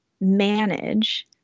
manage